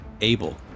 Abel